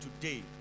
today